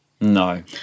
No